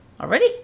Already